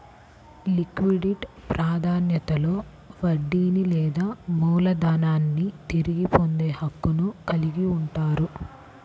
liquidate ప్రాధాన్యతలో వడ్డీని లేదా మూలధనాన్ని తిరిగి పొందే హక్కును కలిగి ఉంటారు